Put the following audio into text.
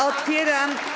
Otwieram.